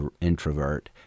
introvert